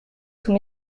sous